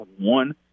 one